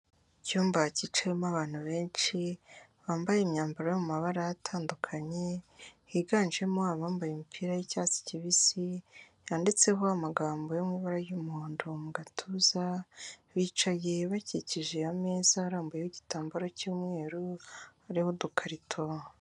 Icyumba cyicayemo abantu benshi bambaye imyambaro yo mu mabara atandukanye, higanjemo abambaye imipira y'icyatsi kibisi yanditseho amagambo yo mu ibara y'umuhondo mu gatuza, bicaye bakikije ameza arambuyeho igitambaro cy'umweru ariho udukarito.